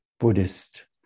Buddhist